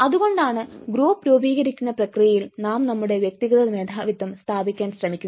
അതുകൊണ്ടാണ് ഗ്രൂപ്പ് രൂപീകരിക്കുന്ന പ്രക്രിയയിൽ നാം നമ്മുടെ വ്യക്തിഗത മേധാവിത്വം സ്ഥാപിക്കാൻ ശ്രമിക്കുന്നത്